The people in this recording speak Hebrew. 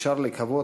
אפשר לקוות,